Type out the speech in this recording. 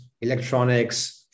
electronics